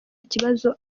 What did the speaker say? kibazo